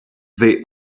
they